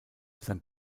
sein